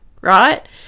right